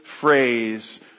phrase